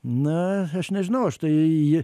na aš nežinau aš tai